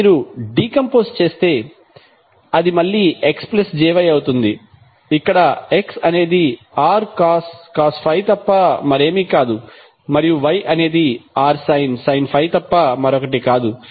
కాబట్టి మీరు డీకంపోజ్ చేస్తే అది మళ్ళీ xjyఅవుతుంది ఇక్కడ x అనేది rcos ∅ తప్ప మరేమీ కాదు మరియు y అనేదిrsin ∅ తప్ప మరొకటి కాదు